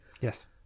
Yes